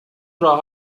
راه